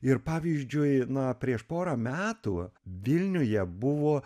ir pavyzdžiui na prieš porą metų vilniuje buvo